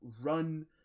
run